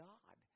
God